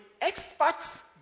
experts